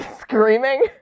screaming